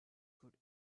good